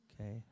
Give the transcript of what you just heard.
Okay